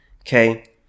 Okay